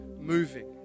moving